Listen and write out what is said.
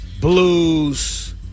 blues